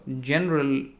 general